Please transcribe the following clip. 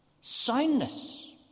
Soundness